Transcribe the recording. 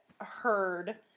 heard